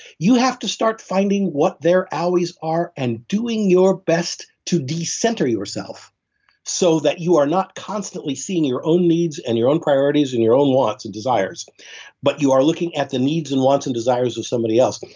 you have to start finding what their alleys are and doing your best to dissenter yourself so that you are not constantly seeing your own needs and your own priorities, and your own wants and desires but you are looking at the needs and wants and desires of somebody else.